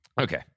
Okay